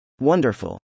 Wonderful